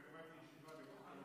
קבעתי ישיבה,